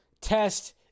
test